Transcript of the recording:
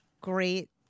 great